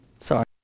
Sorry